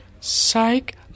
Psych